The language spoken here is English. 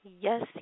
Yes